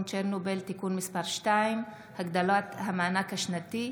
צ'רנוביל (תיקון מס' 2) (הגדלת המענק השנתי),